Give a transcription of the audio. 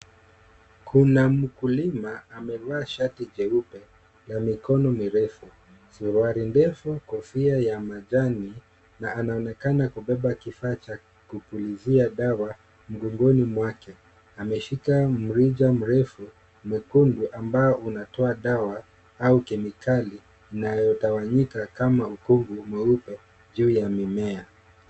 Kuna mkulima amevaa shati jeupe la mikono mirefu, suruali ndefu, kofia ya majani na anaonekana kubeba kifaa cha kupulizia dawa mgongoni mwake. Ameshika mrija mrefu mwekundu ambao unatoa dawa au kemikali inayotawanyika kama upovu mweupe juu ya mimea.